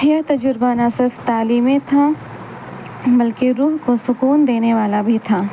یہ تجربہ نہنا صرف تعلیم تھا بلکہ روح کو سکون دینے والا بھی تھا